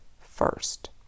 first